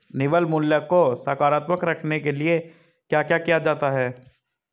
निवल मूल्य को सकारात्मक रखने के लिए क्या क्या किया जाता है?